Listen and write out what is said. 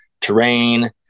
terrain